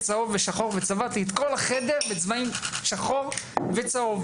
צהוב ושחור וצבעתי את כל החדר בצבעים שחור וצהוב.